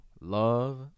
love